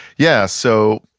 yeah. so,